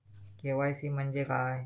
KYC म्हणजे काय?